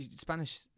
Spanish